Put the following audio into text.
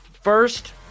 first